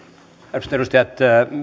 arvoisat edustajat